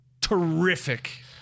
terrific